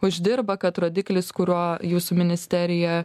uždirba kad rodiklis kuriuo jūsų ministerija